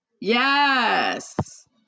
Yes